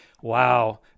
wow